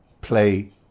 play